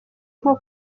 nko